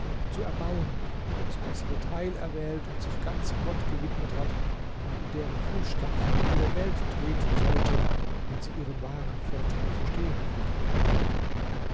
zu erbauen die das bessere teil erwählt und sich ganz gott gewidmet hat und in deren fußstapfen alle welt treten sollte wenn sie ihren wahren vorteil verstehen würde